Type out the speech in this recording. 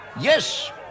Yes